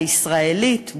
הישראלית,